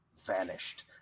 vanished